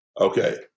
Okay